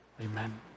Amen